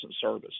service